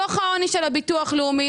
דוח העוני של הביטוח הלאומי,